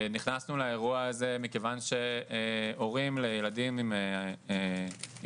נכנסנו לאירוע הזה מכיוון שהורים לילדים עם מוגבלויות